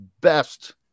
best